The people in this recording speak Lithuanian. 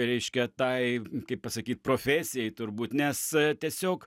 reiškia tai kaip pasakyt profesijai turbūt nes tiesiog